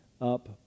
up